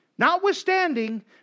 Notwithstanding